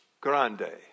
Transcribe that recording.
Grande